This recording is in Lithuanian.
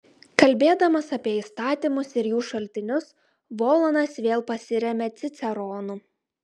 kalbėdamas apie įstatymus ir jų šaltinius volanas vėl pasiremia ciceronu